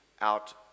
out